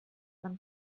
man